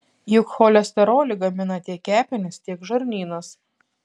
juk cholesterolį gamina tiek kepenys tiek žarnynas